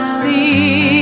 see